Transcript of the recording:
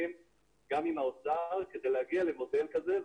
גם עם קופות החולים וגם עם האוצר כדי להגיע למודל כזה,